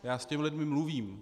Já s těmi lidmi mluvím.